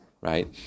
right